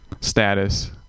status